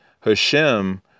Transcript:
Hashem